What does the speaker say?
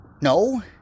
No